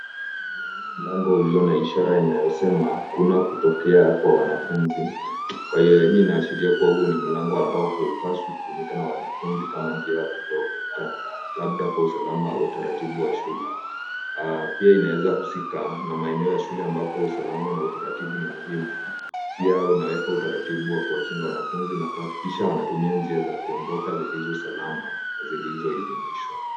Naona mlango ulio na ishara inayosema hakuna kutokea kwa wanafunzi, kwa hivyo hii inaashiria kuwa huu ni mlango ambao haupaswi kutumika na wanafunzi kama njia ya kutoka, labda kwa usalama au utaratibu wa shule. Pia inaweza husika na maeneo ya shule ambapo usalama na utaratibu ni muhimu. Pia unaweka utaratibu wa kuwakinga wanafunzi na kuhakikisha wanatumia njia za kuondoka zilizo salama na zilizoidhinishwa.